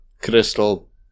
crystal